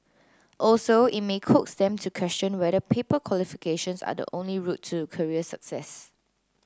also it may coax them to question whether paper qualifications are the only route to career success